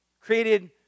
created